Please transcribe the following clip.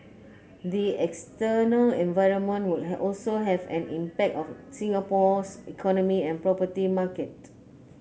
the external environment would also have an impact on Singapore's economy and property market